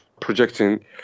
projecting